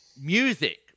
music